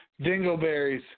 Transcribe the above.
Dingleberries